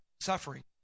suffering